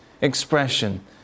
expression